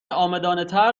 عامدانهتر